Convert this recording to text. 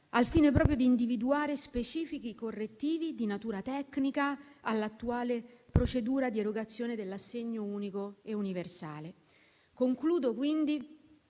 al fine proprio di individuare specifici correttivi di natura tecnica all'attuale procedura di erogazione dell'assegno unico e universale. Concludo, quindi,